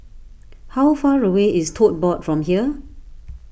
how far away is Tote Board from here